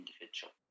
individual